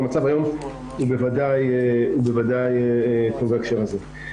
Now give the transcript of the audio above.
אבל המצב היום בוודאי טוב בהקשר הזה.